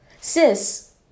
Sis